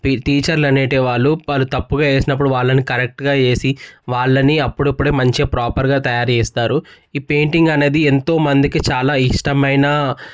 tea టీచర్లనేటి వాళ్ళు వారు తప్పుగా వేసినప్పుడు వాళ్ళని కరెక్ట్గా వేసీ వాళ్ళని అప్పుడప్పుడే మంచిగా ప్రోపర్గా తయారు చేస్తారు ఈ పెయింటింగ్ అనేది ఎంతో మందికి చాలా ఇష్టమైన